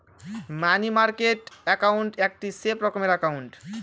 মানি market account একটি safe রকমের account